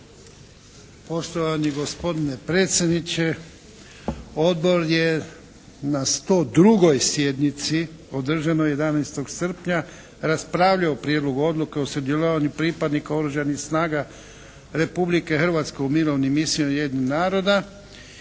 Poštovani gospodine predsjedniče! Odbor je na 102. sjednici održanoj 11. srpnja raspravljao o Prijedlogu Odluke o sudjelovanju pripadnika Oružanih snaga Republike Hrvatske u mirovnim misijama Ujedinjenih naroda.